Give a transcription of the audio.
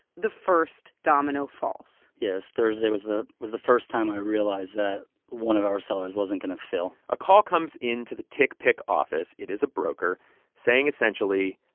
the first domino falls yeah, thursday was the was the first time i realized that one of our sellers wasn't going to fill a call comes into the tickpick office it is a broker saying essentially,